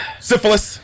Syphilis